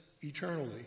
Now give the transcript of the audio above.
eternally